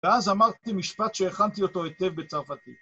ואז אמרתי משפט שהכנתי אותו היטב בצרפתית.